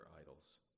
idols